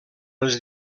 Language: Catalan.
els